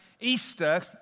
Easter